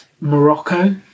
Morocco